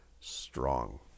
strong